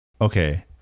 Okay